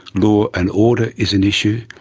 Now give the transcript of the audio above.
law and order is an issue,